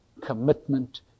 commitment